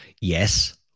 Yes